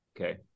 Okay